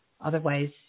otherwise